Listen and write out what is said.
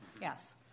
Yes